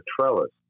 trellis